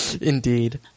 Indeed